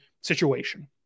situation